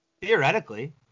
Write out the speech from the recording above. Theoretically